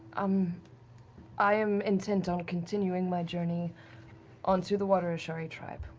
um i am intent on continuing my journey on to the water ashari tribe.